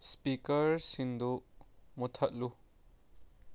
ꯏꯁꯄꯤꯀꯔꯁꯤꯡꯗꯨ ꯃꯨꯊꯠꯂꯨ